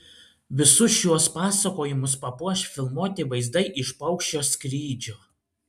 visus šiuos pasakojimus papuoš filmuoti vaizdai iš paukščio skrydžio